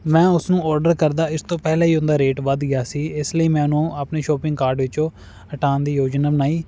ਮੈਂ ਉਸ ਨੂੰ ਆਰਡਰ ਕਰਦਾ ਇਸ ਤੋਂ ਪਹਿਲਾਂ ਹੀ ਉਹਦਾ ਰੇਟ ਵੱਧ ਗਿਆ ਸੀ ਇਸ ਲਈ ਮੈਂ ਉਹਨੂੰ ਆਪਣੀ ਸ਼ੋਪਿੰਗ ਕਾਰਟ ਵਿੱਚੋਂ ਹਟਾਉਣ ਦੀ ਯੋਜਨਾ ਬਣਾਈ